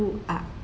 who are